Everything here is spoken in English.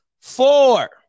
Four